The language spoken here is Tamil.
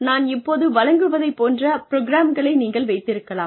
நான் இப்போது வழங்குவதைப் போன்ற ப்ரோக்ராம்களை நீங்கள் வைத்திருக்கலாம்